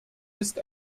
ist